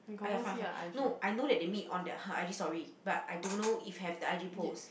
!aiya! I find I find no I know that they meet on the her I_G story but I don't know if have the I_G post